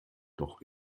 noch